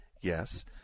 Yes